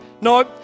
no